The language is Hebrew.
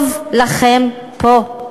טוב לכם פה.